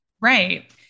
Right